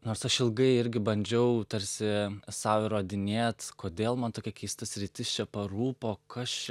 nors aš ilgai irgi bandžiau tarsi sau įrodinėt kodėl man tokia keista sritis čia parūpo kas čia